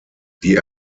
die